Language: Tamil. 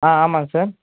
ஆ ஆமாங்க சார்